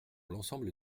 l’ensemble